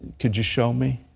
could you show me?